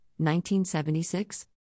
1976